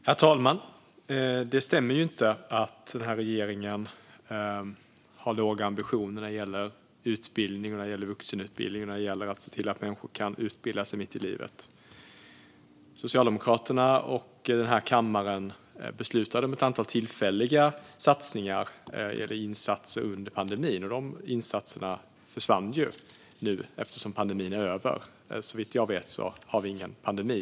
Herr talman! Det stämmer inte att denna regering har låga ambitioner när det gäller utbildning, vuxenutbildning, och när det gäller att se till att människor kan utbilda sig mitt i livet. Socialdemokraterna och denna kammare beslutade om ett antal tillfälliga insatser under pandemin. Dessa insatser försvann nu eftersom pandemin är över. Såvitt jag vet har vi ingen pandemi.